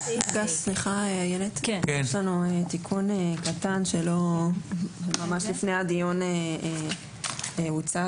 יש לנו תיקון קטן שממש לפני הדיון הוצג.